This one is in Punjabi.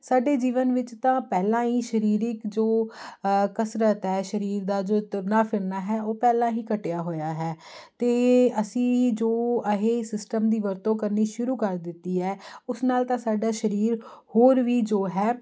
ਸਾਡੇ ਜੀਵਨ ਵਿੱਚ ਤਾਂ ਪਹਿਲਾਂ ਹੀ ਸ਼ਰੀਰਕ ਜੋ ਕਸਰਤ ਹੈ ਸਰੀਰ ਦਾ ਜੋ ਤੁਰਨਾ ਫਿਰਨਾ ਹੈ ਉਹ ਪਹਿਲਾਂ ਹੀ ਘਟਿਆ ਹੋਇਆ ਹੈ ਅਤੇ ਅਸੀਂ ਜੋ ਇਹ ਸਿਸਟਮ ਦੀ ਵਰਤੋਂ ਕਰਨੀ ਸ਼ੁਰੂ ਕਰ ਦਿੱਤੀ ਹੈ ਉਸ ਨਾਲ ਤਾਂ ਸਾਡਾ ਸਰੀਰ ਹੋਰ ਵੀ ਜੋ ਹੈ